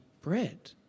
bread